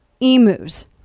emus